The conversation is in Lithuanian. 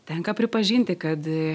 tenka pripažinti kad